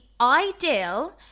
ideal